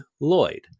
Lloyd